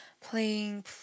playing